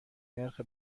نرخ